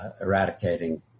eradicating